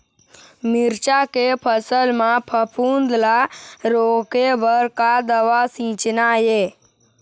मिरचा के फसल म फफूंद ला रोके बर का दवा सींचना ये?